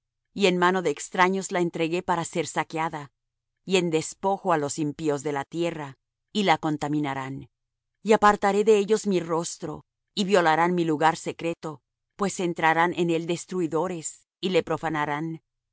y en mano de extraños la entregué para ser saqueada y en despojo á los impíos de la tierra y la contaminarán y apartaré de ellos mi rostro y violarán mi lugar secreto pues entrarán en él destruidores y le profanarán